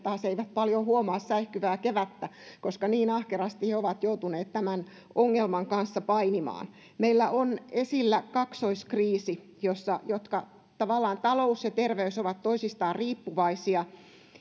paljon huomaa säihkyvää kevättä koska niin ahkerasti he ovat joutuneet tämän ongelman kanssa painimaan meillä on esillä kaksoiskriisi jossa tavallaan talous ja terveys ovat toisistaan riippuvaisia